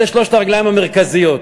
אלה שלוש הרגליים המרכזיות.